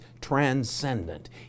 transcendent